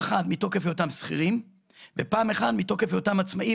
פעם אחת מתוקף היותם שכירים ופעם אחת מתוקף היותם עצמאים,